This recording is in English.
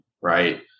right